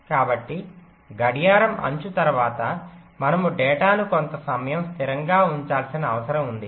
కాబట్టి గడియారం అంచు తర్వాత మనము డేటాను కొంత సమయం స్థిరంగా ఉంచాల్సిన అవసరం ఉంది